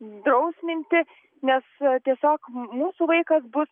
drausminti nes tiesiog mūsų vaikas bus